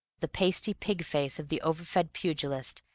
the pasty pig-face of the over-fed pugilist,